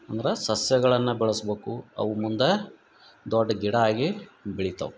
ಅಂದ್ರ ಸಸ್ಯಗಳನ್ನ ಬೆಳ್ಸ್ಬಕು ಅವು ಮುಂದಾ ದೊಡ್ಡ ಗಿಡ ಆಗಿ ಬೆಳಿತಾವು